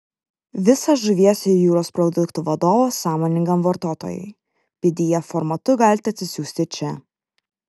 visą žuvies ir jūros produktų vadovą sąmoningam vartotojui pdf formatu galite atsisiųsti čia